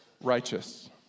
righteous